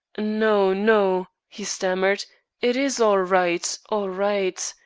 no, no, he stammered it is all right, all right.